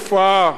התופעה,